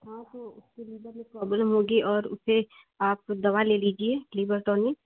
हाँ तो उसके लीवर में प्रॉब्लम होगी और उसे आप दवा ले लीजिए लीवर टॉनिक